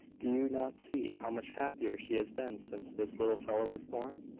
do you not see how much happier she has been since this little fellow was born?